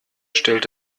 stellt